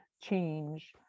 change